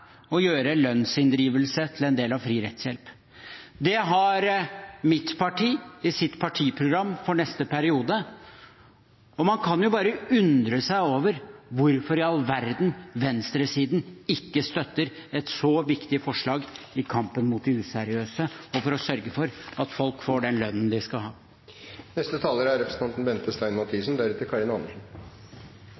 å gjøre lønnsinndrivelse til en del av fri rettshjelp. Det har mitt parti i sitt partiprogram for neste periode. Man kan jo bare undre seg over hvorfor i all verden venstresiden ikke støtter et så viktig forslag i kampen mot de useriøse og for å sørge for at folk får den lønnen de skal ha. Ja, dette er